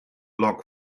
log